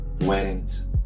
weddings